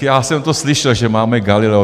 Já jsem to slyšel, že máme Galileo.